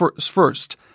first